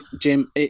Jim